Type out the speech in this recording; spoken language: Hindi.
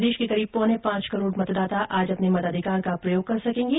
प्रदेश के करीब पौने पांच करोड़ मतदाता आज अपने मताधिकार का प्रयोग कर सकेंगे